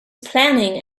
planning